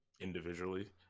individually